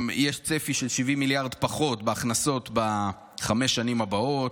יש צפי של 70 מיליארד פחות בהכנסות בחמש השנים הבאות.